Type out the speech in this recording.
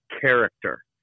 character